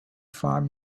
farm